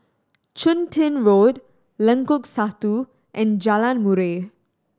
Chun Tin Road Lengkok Satu and Jalan Murai